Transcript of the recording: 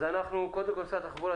משרד התחבורה,